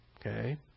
Okay